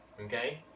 Okay